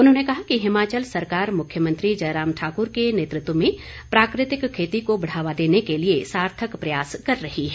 उन्होंने कहा कि हिमाचल सरकार मुख्यमंत्री जयराम ठाकुर के नेतृत्व में प्राकृतिक खेती को बढ़ावा देने के लिए सार्थक प्रयास कर रही है